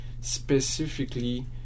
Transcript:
specifically